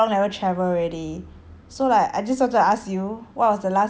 so like I just want to ask you what was the last country you have been to and how was it